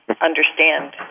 understand